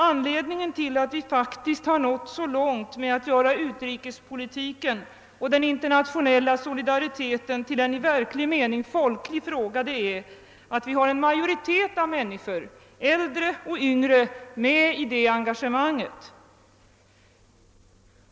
Anledningen till att vi faktiskt har nått så långt med att göra utrikespolitiken och den internationella solidariteten till en i verklig mening folklig fråga är ju att vi har en majoritet av människor, äldre och yngre, med i detta engagemang.